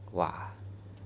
!wah!